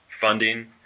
funding